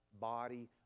body-